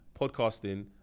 podcasting